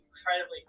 incredibly